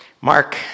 Mark